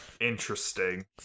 Interesting